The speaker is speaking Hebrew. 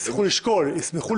ישמחו לשקול.